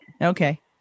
Okay